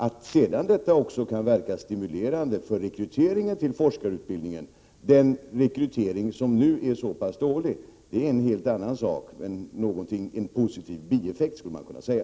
Att det sedan också kan verka stimulerande för rekryteringen till forskarutbildningen — den rekrytering som nu är så pass dålig — är en helt annan sak. Det är något av en positiv bieffekt, skulle man kunna säga.